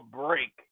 break